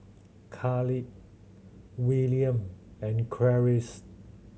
Khalil Willam and Clarice